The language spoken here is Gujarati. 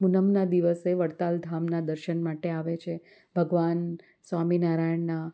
પૂનમના દિવસે વડતાલ ધામનાં દર્શન માટે આવે છે ભગવાન સ્વામિનારાયણનાં